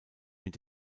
mit